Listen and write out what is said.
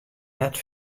net